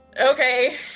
Okay